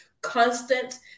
constant